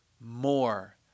more